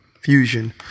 Fusion